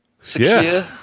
Secure